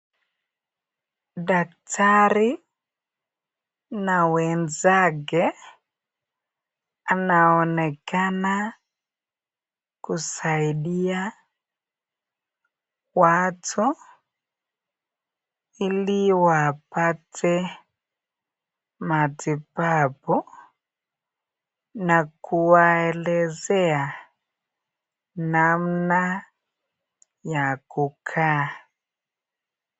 Daktari na wenzake anaonekana kusaidia watu ili wapate matibabu na kuwaelezea namna ya kukaa.